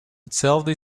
hetzelfde